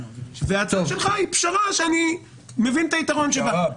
וההצעה שלך היא פשרה שאני מבין את היתרון בה.